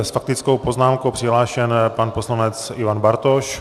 S faktickou poznámkou přihlášen pan poslanec Ivan Bartoš.